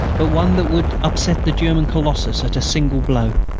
but one that would upset the german colossus at a single blow.